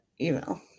email